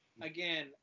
Again